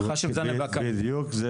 בדיוק זה